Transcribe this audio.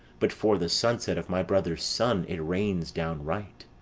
but for the sunset of my brother's son it rains downright.